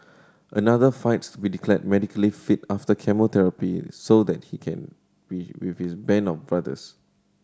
another fights to be declared medically fit after chemotherapy so that he can be with his band of brothers